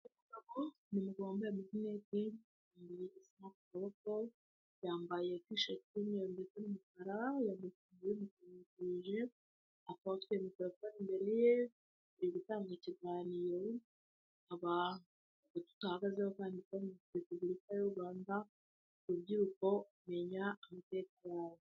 Umugabo wambaye umupira w'amaboko magufi w'umweru n'umukara afite indangururamajwi mu ntoki ari gutanga ikiganiro. Ku meza ari imbere ye handitseho ngo" Rubyiruko menya amateka yawe".